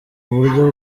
uburyo